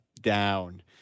down